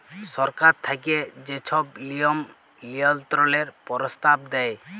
সরকার থ্যাইকে যে ছব লিয়ম লিয়ল্ত্রলের পরস্তাব দেয়